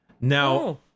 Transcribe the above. Now